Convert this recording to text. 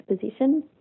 position